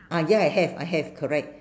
ah ya I have I have correct